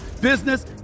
business